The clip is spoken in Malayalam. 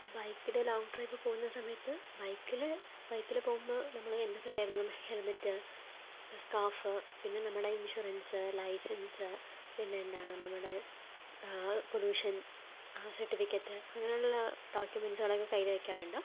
ബൈക്കിൽ ലോങ് ട്രിപ്പ് പോകുന്ന സമയത്ത് ബൈക്കിൽ ബൈക്കിൽ പോകുമ്പോൾ നമ്മളെന്തൊക്കെ കരുതണം ഹെൽമറ്റ് സ്കാർഫ് പിന്നെ നമ്മൾ ഇൻഷുറൻസ് ലൈസൻസ് പിന്നെ എന്താണ് നമ്മുടെ പൊല്യൂഷൻ ആ സർട്ടിഫിക്കറ്റ് അങ്ങനെയുള്ള ഡോക്യുമെന്റ്സുകളൊക്കെ കയ്യിൽ വെക്കാറുണ്ട്